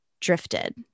drifted